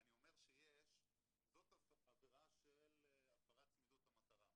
זו עבירה של הפרת צמידות למטרה.